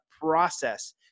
process